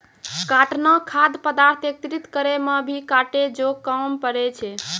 काटना खाद्य पदार्थ एकत्रित करै मे भी काटै जो काम पड़ै छै